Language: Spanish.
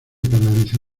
paraliza